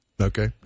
Okay